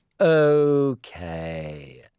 Okay